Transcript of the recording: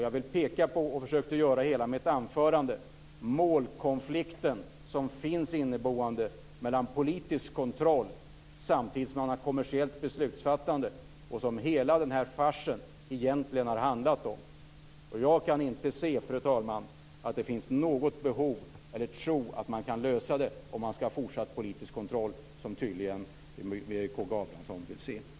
Jag vill peka på, och det försökte jag göra i hela mitt anförande, den målkonflikt som finns inneboende mellan politisk kontroll och samtidigt ett kommersiellt beslutsfattande, något som hela den här farsen egentligen har handlat om. Jag kan, fru talman, inte tro att man kan lösa detta om man ska ha fortsatt politisk kontroll, något som K G Abramsson tydligen vill se.